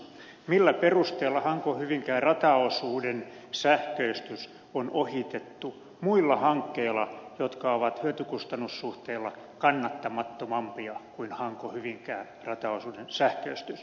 millä perusteella hankohyvinkää rataosuuden sähköistys on ohitettu muilla hankkeilla jotka ovat hyötykustannus suhteella kannattamattomampia kuin hankohyvinkää rataosuuden sähköistys